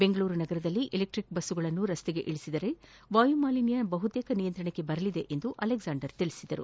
ಬೆಂಗಳೂರು ನಗರದಲ್ಲಿ ಎಲೆಕ್ಟಿಕ್ ಬಸ್ಗಳನ್ನು ರಸ್ತೆಗಳಿಸಿದರೆ ವಾಯುಮಾಲಿನ್ತ ಬಹುತೇಕ ನಿಯಂತ್ರಣಕ್ಕೆ ಬರಲಿದೆ ಎಂದು ಅಲೆಗ್ಲಾಂಡರ್ ತಿಳಿಸಿದರು